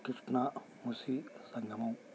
Krishna Musi Sangamam